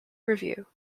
review